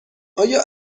آیا